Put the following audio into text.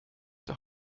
der